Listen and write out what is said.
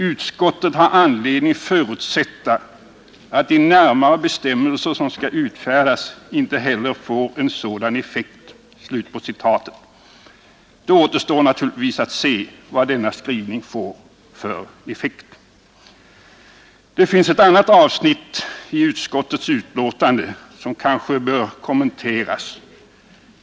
Utskottet har anledning förutsätta att de närmare bestämmelser som skall utfärdas inte heller får en sådan effekt.” — Det återstår naturligtvis att se vad denna skrivning får för effekt. Det finns ett annat avsnitt i utskottets utlåtande som kanske bör kommenteras.